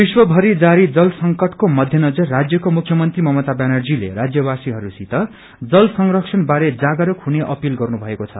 विश्वमरि जारी जल संकटको मध्येनजर राज्यको मुख्मन्त्री ममता ब्यानर्जीले राज्यवासीहरूसित जल संरक्षणबारे जागरूक हुने अपिल गर्नु भएको छ